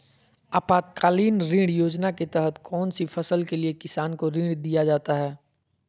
आपातकालीन ऋण योजना के तहत कौन सी फसल के लिए किसान को ऋण दीया जाता है?